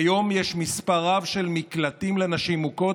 כיום יש מספר רב של מקלטים לנשים מוכות,